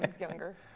younger